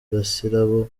gasirabo